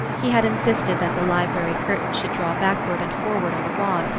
he had insisted that the library curtains should draw backward and forward on a rod,